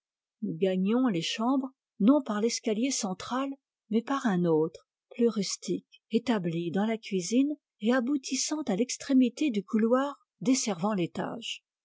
nous gagnions les chambres non par l'escalier central mais par un autre plus rustique établi dans la cuisine et aboutissant à l'extrémité du couloir desservant l'étage